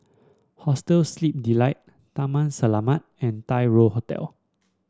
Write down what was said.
Hostel Sleep Delight Taman Selamat and Tai Hoe Hotel